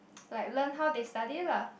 like learn how they study lah